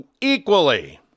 equally